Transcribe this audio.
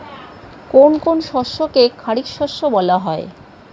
কোন কোন শস্যকে খারিফ শস্য বলা হয়?